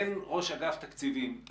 אין ראש אגף תקציבים.